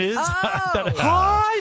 Hi